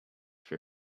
for